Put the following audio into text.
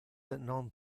non